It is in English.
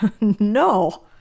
No